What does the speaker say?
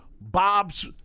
Bob's